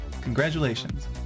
Congratulations